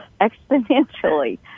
exponentially